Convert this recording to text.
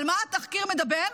על מה התחקיר מדבר?